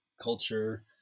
culture